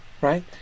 right